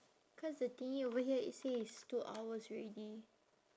cause the thingy over here it say it's two hours already